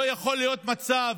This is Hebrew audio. לא יכול להיות מצב